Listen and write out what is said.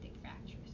fractures